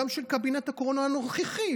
גם של קבינט הקורונה הנוכחי,